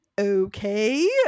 okay